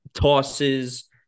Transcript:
tosses